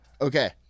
Okay